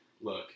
Look